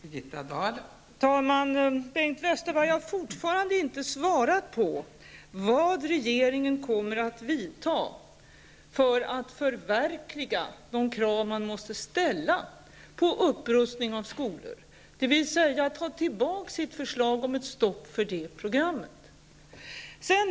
Fru talman! Bengt Westerberg har fortfarande inte svarat på frågan vad regeringen kommer att vidta för åtgärder för att uppfylla de krav som man måste ställa när det gäller upprustningen av skolor, dvs. om regeringen kommer att ta tillbaka sitt förslag om ett stopp för detta program.